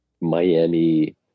miami